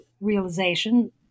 realization